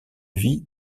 vie